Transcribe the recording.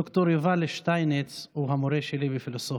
ד"ר יובל שטייניץ הוא המורה שלי לפילוסופיה,